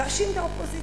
תאשים את האופוזיציה.